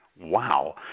wow